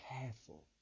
careful